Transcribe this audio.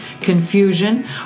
confusion